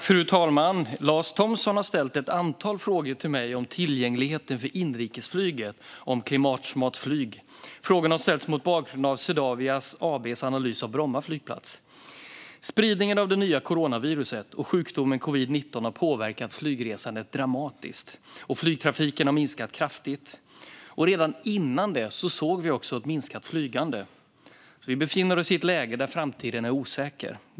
Fru talman! Lars Thomsson har ställt ett antal frågor till mig om tillgängligheten för inrikesflyget och om klimatsmart flyg. Frågorna har ställts mot bakgrund av Swedavia AB:s analys av Bromma flygplats. Spridningen av det nya coronaviruset och sjukdomen covid-19 har påverkat flygresandet dramatiskt, och flygtrafiken har minskat kraftigt. Redan innan dess såg vi ett minskat flygande. Vi befinner oss i ett läge där framtiden är osäker.